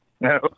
no